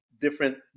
different